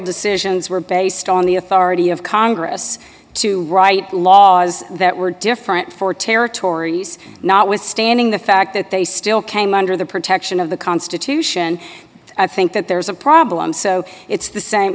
decisions were based on the authority of congress to write laws that were different for territories not withstanding the fact that they still came under the protection of the constitution i think that there's a problem so it's the same